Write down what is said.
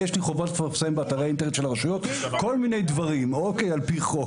לי יש חובה לפרסם באתרי האינטרנט של הרשויות כל מיני דברים על פי חוק.